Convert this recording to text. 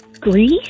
Greece